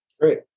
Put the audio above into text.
Great